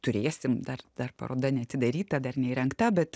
turėsim dar dar paroda neatidaryta dar neįrengta bet